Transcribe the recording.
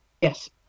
Yes